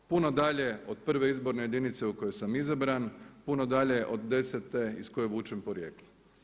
Puno dalje od 1. izborne jedinice u kojoj sam izabran, puno dalje od 10. iz koje vučem porijeklo.